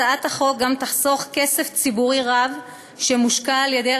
הצעת החוק גם תחסוך כסף ציבורי רב שמושקע על-ידי